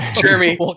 jeremy